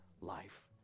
life